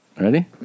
Ready